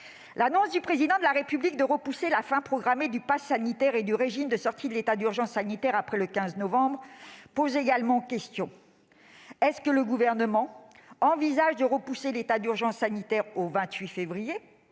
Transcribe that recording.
L'annonce du Président de la République évoquant la possibilité de repousser la fin programmée du passe sanitaire et du régime de sortie de l'état d'urgence sanitaire après le 15 novembre pose également question. Le Gouvernement envisage-t-il de repousser l'état d'urgence sanitaire au 28 février,